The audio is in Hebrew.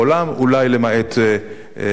אולי למעט טורקיה,